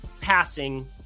passing